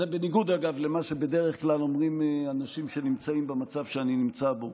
זה בניגוד למה שבדרך כלל אומרים האנשים שנמצאים במצב שאני נמצא בו.